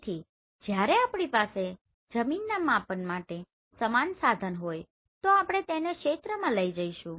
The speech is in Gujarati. તેથી જ્યારે આપણી પાસે જમીનના માપન માટે સમાન સાધન હોય તો આપણે તેમને ક્ષેત્રમાં લઈ જઈશું